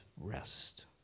rest